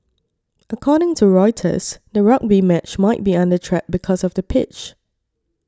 according to Reuters the rugby match might be under threat because of the pitch